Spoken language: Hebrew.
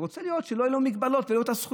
הוא רוצה שלא יהיו לו מגבלות ויהיו לו את הזכויות.